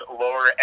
lower